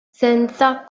senza